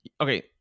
Okay